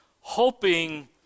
hoping